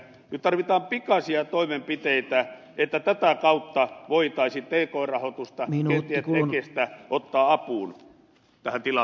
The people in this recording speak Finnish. nyt tarvitaan pikaisia toimenpiteitä että tätä kautta voitaisiin pk rahoitusta kenties tekestä ottaa apuun tähän tilanteeseen